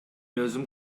өзүм